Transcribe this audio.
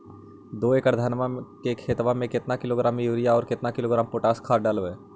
दो एकड़ धनमा के खेतबा में केतना किलोग्राम युरिया और केतना किलोग्राम पोटास खाद डलबई?